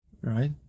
right